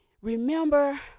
remember